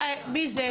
אני לא דיברתי.